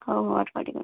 ହଉ ହଉ ଅଟ୍କ ଟିକେ